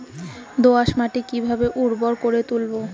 দোয়াস মাটি কিভাবে উর্বর করে তুলবো?